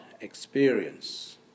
Experience